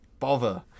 bother